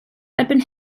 erbyn